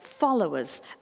followers